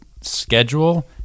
schedule